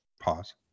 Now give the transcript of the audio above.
Pause